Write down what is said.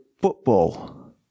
football